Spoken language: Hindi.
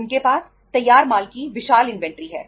उनकी इन्वेंटरीस है